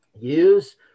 use